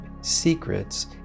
secrets